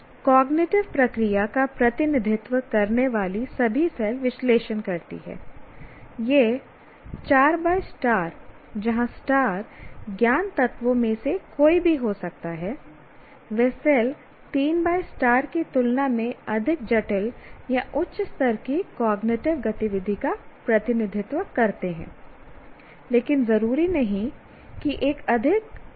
cognitive प्रक्रिया का प्रतिनिधित्व करने वाली सभी सेल विश्लेषण करती हैं यह 4 जहां ज्ञान तत्वों में से कोई भी हो सकता है वे सेल 3 की तुलना में अधिक जटिल या उच्च स्तर की कॉग्निटिव गतिविधि का प्रतिनिधित्व करते हैं लेकिन जरूरी नहीं कि एक अधिक कठिन गतिविधि हो